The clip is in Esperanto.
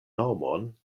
nomon